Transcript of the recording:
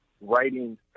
writing